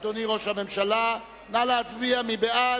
אדוני ראש הממשלה, נא להצביע: מי בעד?